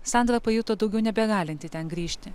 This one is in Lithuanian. sandra pajuto daugiau nebegalinti ten grįžti